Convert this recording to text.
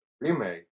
Remake